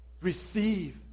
Receive